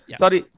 sorry